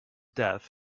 death